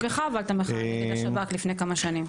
אתה בעצמך עברת -- את השב"כ לפני כמה שנים.